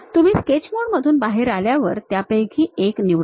तुम्ही स्केच मोडमधून बाहेर आल्यावर त्यापैकी एक निवडा